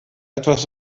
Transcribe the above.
etwas